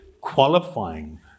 qualifying